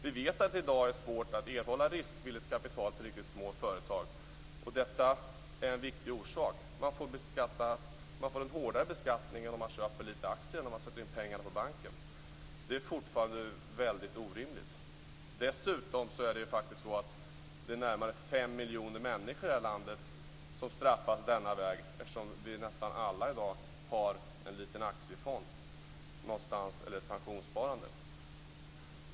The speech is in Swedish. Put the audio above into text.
Vi vet att det i dag är svårt att erhålla riskvilligt kapital till riktigt små företag. Detta är en viktig orsak. Man får en hårdare beskattning om man köper lite aktier än om man sätter in pengar på banken. Detta är fortfarande orimligt. Det är närmare 5 miljoner människor i det här landet som straffas denna väg eftersom vi väl nästan alla i dag så att säga har en liten aktiefond någonstans eller ett pensionssparande.